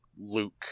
luke